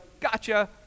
gotcha